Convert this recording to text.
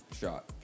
Shot